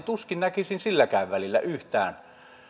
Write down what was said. tuskin näkisin silläkään välillä yhtään